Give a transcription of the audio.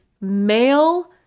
male